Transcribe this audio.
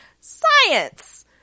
science